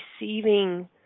receiving